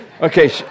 Okay